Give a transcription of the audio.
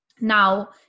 now